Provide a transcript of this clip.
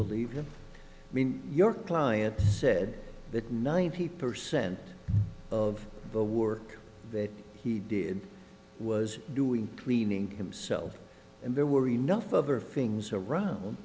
believe you mean your client said that ninety percent of the work that he did was doing cleaning himself and there were enough of of things around